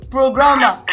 Programmer